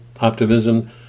optimism